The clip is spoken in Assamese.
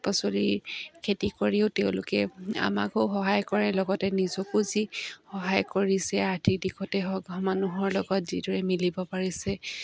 শাক পাচলিৰ খেতি কৰিও তেওঁলোকে আমাকো সহায় কৰে লগতে নিজকো যি সহায় কৰিছে আৰ্থিক দিশতে হওক মানুহৰ লগত যিদৰে মিলিব পাৰিছে